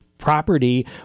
Property